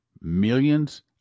millions